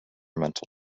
mental